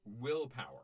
Willpower